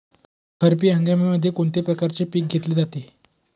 खरीप हंगामामध्ये कोणत्या प्रकारचे पीक घेतले जाते?